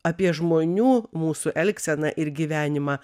apie žmonių mūsų elgseną ir gyvenimą